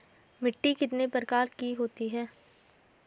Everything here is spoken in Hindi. मिट्टी कितने प्रकार की होती है?